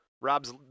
rob's